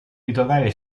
ritrovare